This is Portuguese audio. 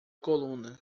coluna